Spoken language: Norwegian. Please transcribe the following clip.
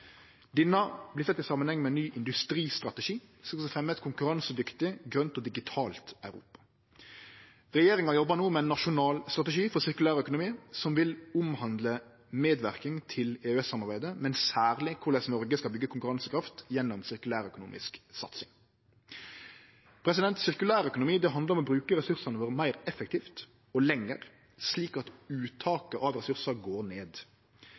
Denne vert sett i samanheng med ein ny industristrategi som skal fremje eit konkurransedyktig, grønt og digitalt Europa. Regjeringa jobbar no med ein nasjonal strategi for sirkulær økonomi som vil omhandle medverking i EØS-samarbeidet, men særleg korleis Noreg skal byggje konkurransekraft gjennom satsing på sirkulær økonomi. Sirkulær økonomi handlar om å bruke ressursane våre meir effektivt og lenger, slik at uttaket av ressursar går ned.